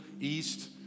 East